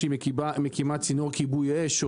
כשהיא מקימה צינור כיבוי אש,